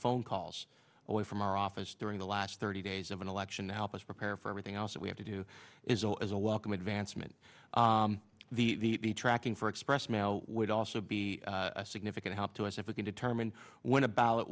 phone calls away from our office during the last thirty days of an election to help us prepare for everything else that we have to do is all is a welcome advancement the the tracking for express mail would also be a significant help to us if we can determine when a ballot